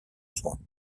soins